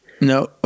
No